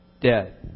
dead